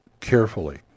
carefully